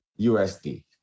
USD